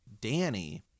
Danny